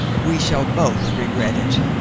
we shall both regret it,